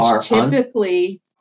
typically